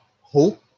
hope